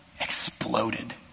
exploded